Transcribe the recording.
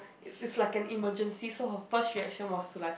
it's it's like an emergency so her first reaction was like